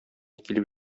килеп